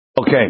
Okay